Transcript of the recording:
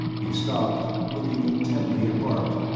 he stopped, looking intently at bart.